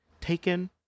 taken